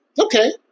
Okay